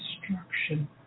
destruction